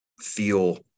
feel